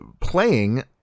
playing